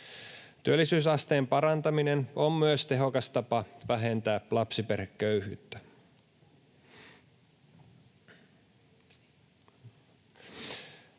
Työllisyysasteen parantaminen on myös tehokas tapa vähentää lapsiperheköyhyyttä.